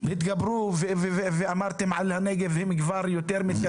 התגברו ואמרתם על הנגב והם כבר יותר מתקדמים.